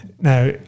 now